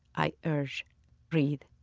i urge read.